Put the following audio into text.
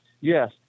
Yes